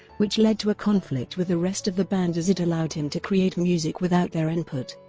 which led to a conflict with the rest of the band as it allowed him to create music without their input.